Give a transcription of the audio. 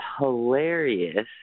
hilarious